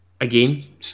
again